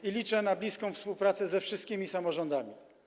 I liczę na bliską współpracę ze wszystkimi samorządami.